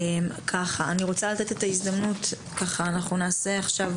אני רוצה לתת את ההזדמנות, אנחנו נעשה עכשיו